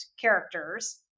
characters